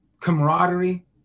camaraderie